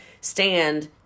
stand